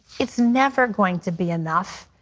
it's never going to be enough,